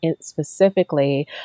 specifically